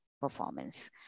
performance